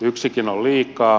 yksikin on liikaa